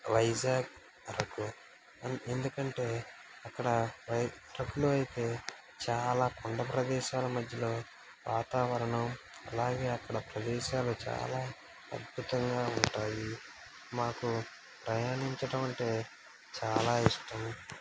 వైజాగ్ అరకు ఎందుకంటే అక్కడ రైట్ ట్రక్లో అయితే చాలా కొండ ప్రదేశాల మధ్యలో వాతావరణం అలాగే అక్కడ ప్రదేశాలు చాలా అద్భుతంగా ఉంటాయి మాకు ప్రయాణించడం అంటే చాలా ఇష్టం